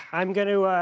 i'm going to, ah,